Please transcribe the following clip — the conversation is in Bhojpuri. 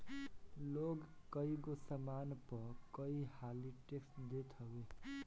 लोग कईगो सामान पअ कई हाली टेक्स देत हवे